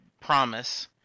Promise